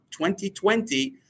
2020